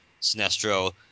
Sinestro